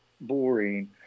Boring